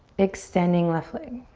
extending left leg.